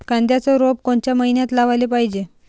कांद्याचं रोप कोनच्या मइन्यात लावाले पायजे?